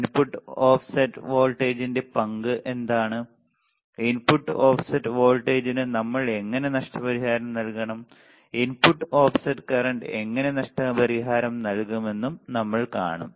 input offset വോൾട്ടേജിന്റെ പങ്ക് എന്താണ് ഇൻപുട്ട് ഓഫ്സെറ്റ് വോൾട്ടേജിന് നമ്മൾ എങ്ങനെ നഷ്ടപരിഹാരം നൽകണം ഇൻപുട്ട് ഓഫ്സെറ്റ് കറന്റ്ന് എങ്ങനെ നഷ്ടപരിഹാരം നൽകാമെന്നും നമ്മൾ കാണും